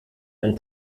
ein